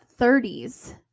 30s